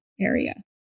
area